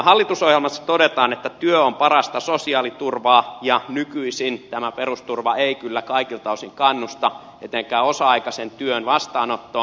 hallitusohjelmassa todetaan että työ on parasta sosiaaliturvaa ja nykyisin tämä perusturva ei kyllä kaikilta osin kannusta etenkään osa aikaisen työn vastaanottoon